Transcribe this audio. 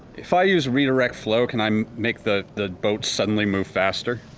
if i use redirect flow, can i um make the the boat suddenly move faster?